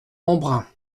embrun